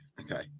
Okay